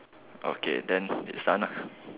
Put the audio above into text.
okay then it's done ah